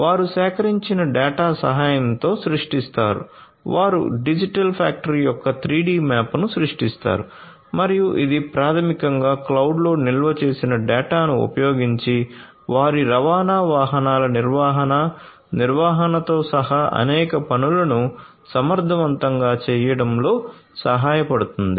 వారు సేకరించిన డేటా సహాయంతో సృష్టిస్తారు వారు డిజిటల్ ఫ్యాక్టరీ యొక్క 3 డి మ్యాప్ను సృష్టిస్తారు మరియు ఇది ప్రాథమికంగా క్లౌడ్లో నిల్వ చేసిన డేటాను ఉపయోగించి వారి రవాణా వాహనాల నిర్వహణ నిర్వహణతో సహా అనేక పనులను సమర్థవంతంగా చేయడంలో సహాయపడుతుంది